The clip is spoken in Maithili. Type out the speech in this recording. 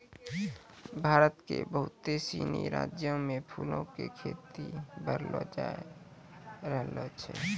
भारत के बहुते सिनी राज्यो मे फूलो के खेती बढ़लो जाय रहलो छै